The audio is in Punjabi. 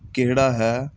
ਕਿਹੜਾ ਹੈ